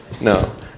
No